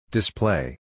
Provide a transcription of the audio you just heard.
Display